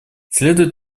следует